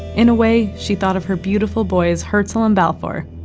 in a way, she thought of her beautiful boys, herzel and balfour,